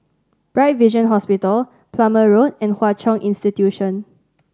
Bright Vision Hospital Plumer Road and Hwa Chong Institution